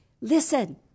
listen